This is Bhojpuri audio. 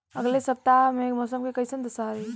अलगे सपतआह में मौसम के कइसन दशा रही?